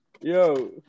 Yo